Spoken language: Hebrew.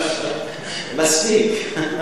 מספיק.